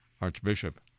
Archbishop